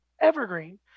evergreen